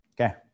Okay